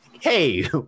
hey